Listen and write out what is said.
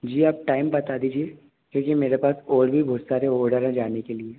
जी आप टाइम बता दीजिए क्योंकि मेरे पास और भी बहुत सारे ओडर हैं जाने के लिए